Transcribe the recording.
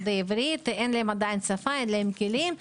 אין להם עדיין שפה וכלים.